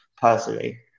personally